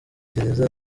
gereza